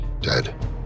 Dead